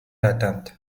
attempt